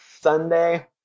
Sunday